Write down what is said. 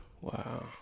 Wow